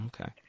Okay